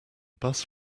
bus